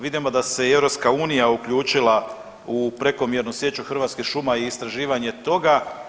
Vidimo da se i EU uključila u prekomjernu sječu hrvatskih šuma i istraživanje toga.